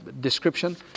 description